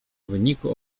wyniku